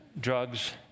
drugs